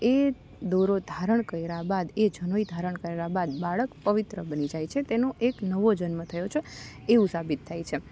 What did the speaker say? એ દોરો ધારણ કર્યા બાદ એ જનોઈ ધારણ કર્યાં બાદ બાળક પવિત્ર બની જાય છે તેનો એક નવો જન્મ થયો છે એવું સાબિત થાય છે